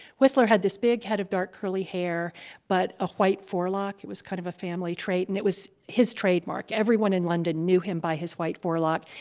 whistler had this big head of dark, curly hair but a white forelock. it was kind of a family trait and it was his trademark. everyone in london knew him by his white forelock.